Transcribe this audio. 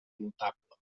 notable